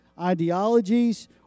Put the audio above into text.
ideologies